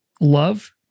love